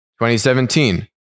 2017